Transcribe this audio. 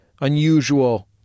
unusual